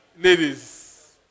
Ladies